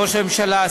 ראש הממשלה,